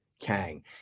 Kang